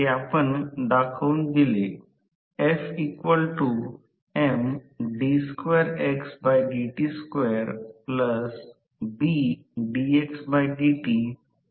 तर हे येथे आहे I I2 R आहे ते लोहाचे नुकसान आणि येथे I12 2r1 म्हणजे स्टेटर कॉपर लॉस आणि म्हणूनच शक्ती आहे